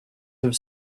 have